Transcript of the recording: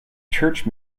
church